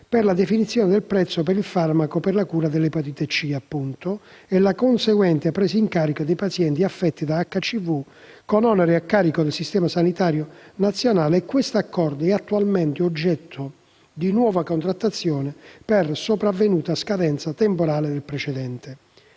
per la definizione del prezzo per il farmaco per la cura dell'epatite C e la conseguente presa in carico dei pazienti affetti da HCV, con oneri a carico del Servizio sanitario nazionale, e tale accordo è attualmente oggetto di nuova contrattazione per sopravvenuta scadenza temporale del precedente.